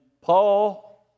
Paul